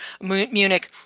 Munich